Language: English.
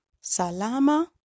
Salama